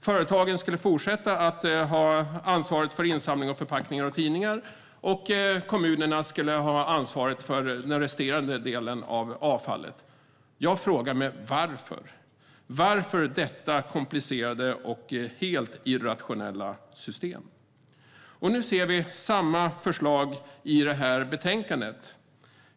Företagen skulle fortsätta att ha ansvar för insamling av förpackningar och tidningar, och kommunerna skulle ha ansvaret för resterande avfall. Jag frågade mig varför. Varför detta komplicerade och helt irrationella system? Nu ser vi samma förslag i dagens betänkande.